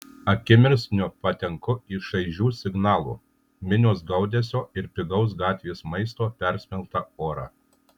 akimirksniu patenku į šaižių signalų minios gaudesio ir pigaus gatvės maisto persmelktą orą